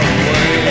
away